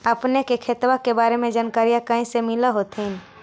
अपने के खेतबा के बारे मे जनकरीया कही से मिल होथिं न?